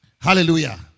Hallelujah